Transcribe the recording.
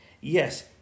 Yes